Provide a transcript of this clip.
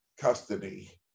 custody